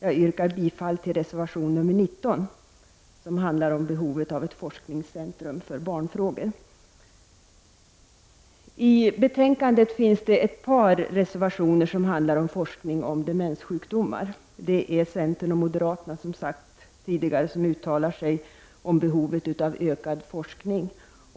Jag yrkar bifall till reservation 19 som handlar om behovet av ett forskningscentrum för barnfrågor. I betänkandet finns det ett par reservationer som handlar om forskning om demenssjukdomar. Det är centern och moderaterna som uttalar sig om behovet av ökad forskning.